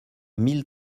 mille